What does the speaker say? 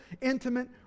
intimate